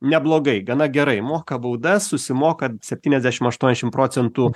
neblogai gana gerai moka baudas susimoka septyniasdešim aštuoniasdešim procentų